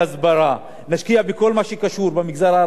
אנחנו לא יכולים להוריד את מספר תאונות הדרכים.